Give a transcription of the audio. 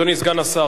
אדוני סגן השר,